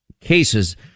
cases